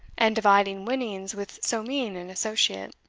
and dividing winnings with so mean an associate.